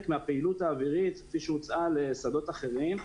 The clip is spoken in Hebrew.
מהפעילות האווירית כפי שהוצעה לשדות אחרים.